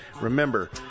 Remember